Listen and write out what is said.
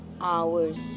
Hours